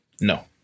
No